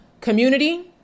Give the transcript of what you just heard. community